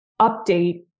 update